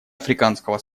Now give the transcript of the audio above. африканского